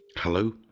Hello